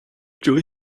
joy